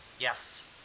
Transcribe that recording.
Yes